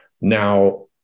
now